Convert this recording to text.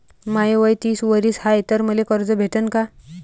माय वय तीस वरीस हाय तर मले कर्ज भेटन का?